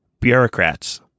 bureaucrats